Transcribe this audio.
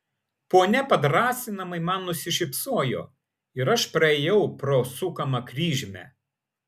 ponia padrąsinamai man nusišypsojo ir aš praėjau pro sukamą kryžmę